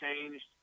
changed